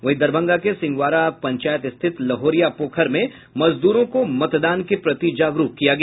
वहीं दरभंगा के सिंहवारा पंचायत स्थित लहोरिया पोखर में मजदूरों को मतदान के प्रति जागरूक किया गया